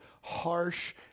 harsh